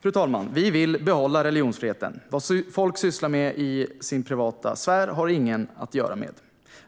Fru talman! Vi vill behålla religionsfriheten. Vad människor sysslar med i sin privata sfär har ingen att göra med.